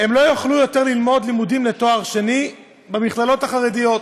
הם לא יוכלו יותר ללמוד לתואר שני במכללות החרדיות.